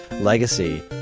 legacy